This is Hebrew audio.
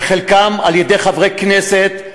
וחלקם על-ידי חברי כנסת,